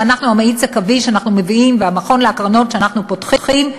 המאיץ הקווי שאנחנו מביאים והמכון להקרנות שאנחנו פותחים,